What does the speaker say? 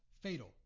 fatal